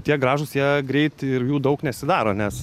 tie gražūs jie greit ir jų daug nesidaro nes